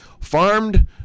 Farmed